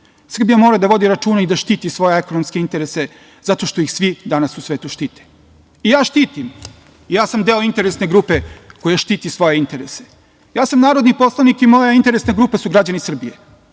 hoćete. Srbija mora da vodi računa i da štiti svoje ekonomske interese zato što ih svi danas u svetu štite.I ja štitim, ja sam deo interesne grupe koja štiti svoje interese. Ja sam narodni poslanik i moja interesna grupa su građani Srbije.